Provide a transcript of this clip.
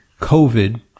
COVID